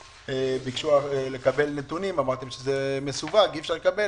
ביקשו לקבל נתונים ואמרתם שזה מסווג ואי אפשר לקבל,